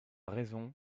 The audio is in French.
raison